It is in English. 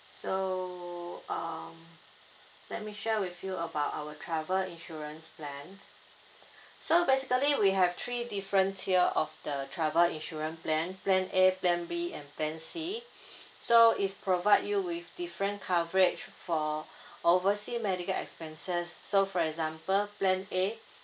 so um let me share with you about our travel insurance plan so basically we have three different tier of the travel insurance plan plan A plan B and plan C so is provide you with different coverage for oversea medical expenses so for example plan A